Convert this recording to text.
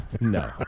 No